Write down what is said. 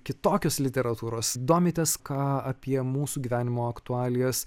kitokios literatūros domitės ką apie mūsų gyvenimo aktualijas